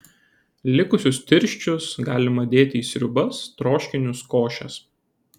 likusius tirščius galima dėti į sriubas troškinius košes